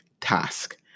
task